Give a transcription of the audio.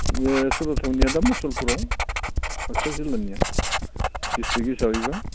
सदर थावनिया दा मुसलपुराव बाक्सा जिल्लानिया डिसट्रिक हिसाबैबा